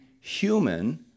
human